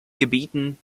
gebieten